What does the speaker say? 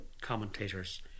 commentators